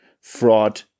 fraud